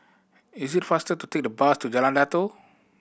is it faster to take the bus to Jalan Datoh